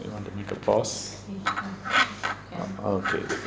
make a pause okay